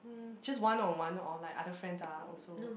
mm just one on one or like other friends are also